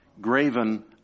graven